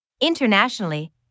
Internationally